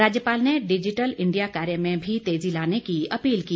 राज्यपाल ने digital India कार्य में भी तेजी लाने की अपील की